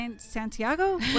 santiago